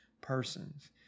persons